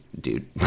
dude